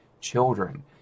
children